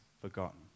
forgotten